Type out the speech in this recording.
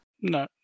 No